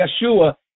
Yeshua